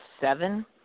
seven